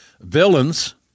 villains